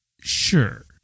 sure